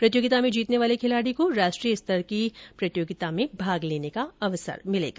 प्रतियोगिता में जीतने वाले खिलाड़ी को राष्ट्रीय स्तर की प्रतियोगिता में भाग लेने का अवसर मिलेगा